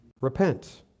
repent